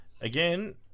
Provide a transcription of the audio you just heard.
again